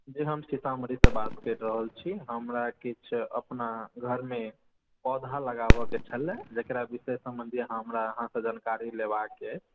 जी हम सीतामढ़ी सऽ बात कैर रहल छी हमरा किछु अपना घरमे पौधा लगाबऽ के छलै जेकरा कि ताहि संबंधी अहाँ हमरा अहाँ सऽ जानकारी लेबाक अइ